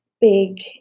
big